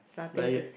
like you